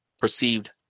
perceived